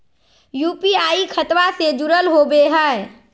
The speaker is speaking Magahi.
यू.पी.आई खतबा से जुरल होवे हय?